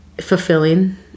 Fulfilling